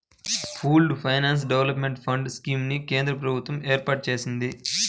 pooled finance development fund scheme ని కేంద్ర ప్రభుత్వం ఏర్పాటు చేసింది